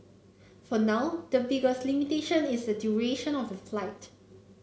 for now the biggest limitation is the duration of the flight